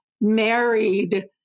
married